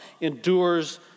endures